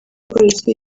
polisi